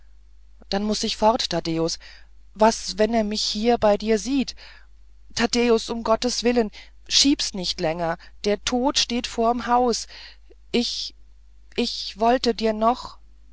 dann muß ich fort taddäus was wenn er mich hier bei dir sieht taddäus um gottes willen verschieb's nicht länger der tod steht vorm haus ich ich wollte dir noch